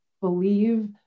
believe